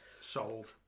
Sold